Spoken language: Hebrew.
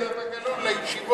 זהבה גלאון לישיבות.